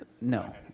No